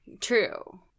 True